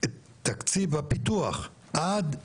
את תקציב הפיתוח עד הכניסה,